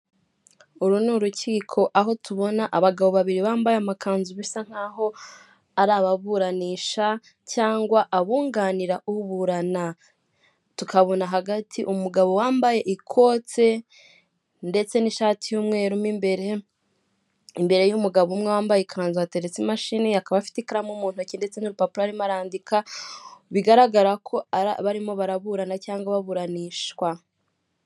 Abagabo babiri bari kuri gishe, uri inyuma wambaye ishati yumukara ameze nk'aho yabonye amafaranga ye, ari kuyabara kugira ngo arebe ko yuzuye. Uwambaye ishati y'umweru we ntabwo arayafata yose; hari ayo amajije gufata, andi aracyari kuri gishe.